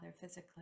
physically